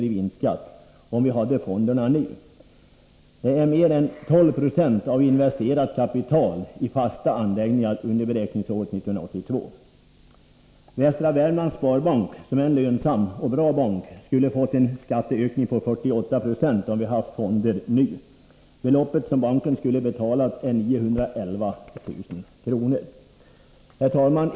i vinstskatt, om vi hade haft fonderna nu. Det är mer än 12 90 av investerat kapital i fasta anläggningar under beräkningsåret 1982. Westra Wermlands Sparbank, som är en lönsam och bra bank, skulle ha fått en skatteökning på 48 76, om vi hade haft fonder nu. Det belopp som banken skulle ha betalat är 911 000 kr. Herr talman!